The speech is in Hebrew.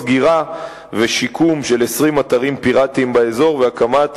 סגירה ושיקום של 20 אתרים פיראטיים באזור והקמת